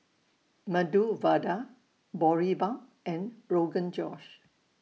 Medu Vada Boribap and Rogan Josh